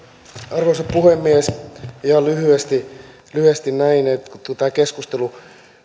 arvoisa puhemies ihan lyhyesti näin kun tämän keskustelun perusteella